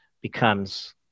becomes